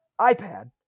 iPad